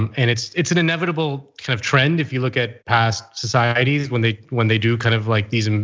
um and it's it's an inevitable kind of trend. if you look at past societies, when they when they do kind of like these,